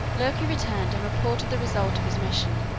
loki returned and reported the result of his mission,